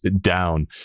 down